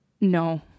No